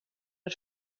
per